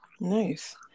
Nice